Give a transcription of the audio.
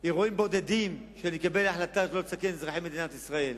אירועים בודדים כדי שאני אקבל החלטה שלא תסכן את אזרחי מדינת ישראל.